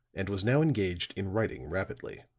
and was now engaged in writing rapidly.